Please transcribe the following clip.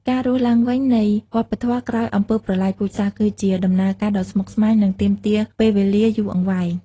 ការរស់ឡើងវិញនៃវប្បធម៌ក្រោយអំពើប្រល័យពូជសាសន៍ គឺជាដំណើរការដ៏ស្មុគស្មាញ និងទាមទារពេលវេលាយូរអង្វែង។